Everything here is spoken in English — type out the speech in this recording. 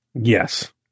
Yes